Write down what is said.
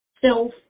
self